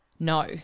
No